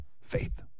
Faith